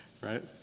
right